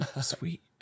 Sweet